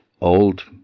Old